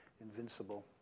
invincible